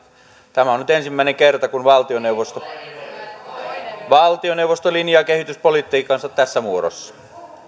tämä on nyt ensimmäinen kerta kun valtioneuvosto linjaa kehityspolitiikkaansa tässä muodossa